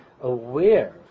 aware